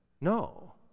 No